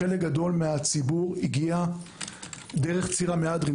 גדול מן הציבור הגיע דרך ציר המהדרין.